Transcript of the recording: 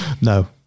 No